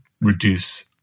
reduce